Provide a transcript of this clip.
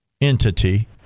entity